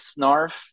snarf